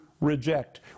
reject